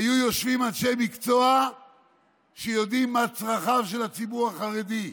היו יושבים אנשי מקצוע שיודעים מה צרכיו של הציבור החרדי.